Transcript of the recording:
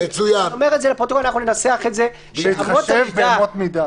ואני אומר זאת לפרוטוקול ואנחנו ננסח את זה: -- בהתחשב באמות מידה.